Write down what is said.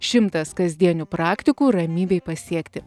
šimtas kasdienių praktikų ramybei pasiekti